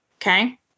Okay